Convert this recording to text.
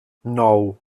nou